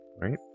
right